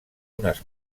unes